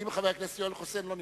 לא נמצא.